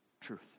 truth